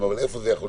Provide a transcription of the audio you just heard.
אתם יכולים